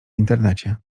internecie